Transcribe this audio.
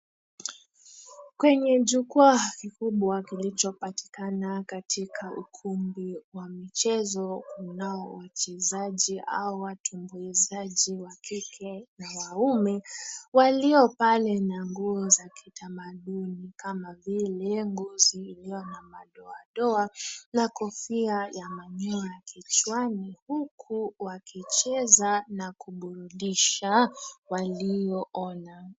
Kwenye jukwaa kikubwa kilichopatikana katika ukumbi wa michezo, kunao wachezaji au watumbuizaji wa kike na wa kiume, walio pale na nguo za kitamadunu kama vile ngozi iliyo na madoadoa na kofia ya manyoya kichwani, huku wakicheza na kuburudisha walioona.